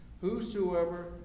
Whosoever